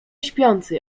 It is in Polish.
śpiący